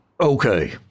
Okay